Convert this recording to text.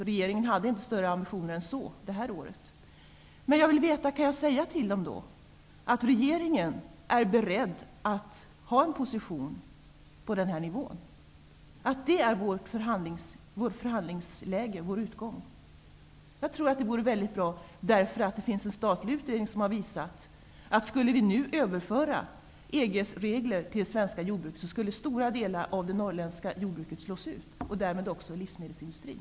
Regeringen hade inte större ambitioner än så det här året. Men jag vill veta om jag kan säga att regeringen är beredd att inta en position på den här nivån och att detta är vårt utgångsläge i förhandlingarna. Det finns en statlig utredning som har visat att om vi nu skulle överföra EG:s regler till det svenska jordbruket, skulle stora delar av det norrländska jordbruket slås ut och därmed också livsmedelsindustrin.